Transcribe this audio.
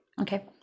Okay